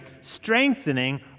strengthening